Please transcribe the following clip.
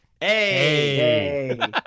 hey